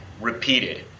repeated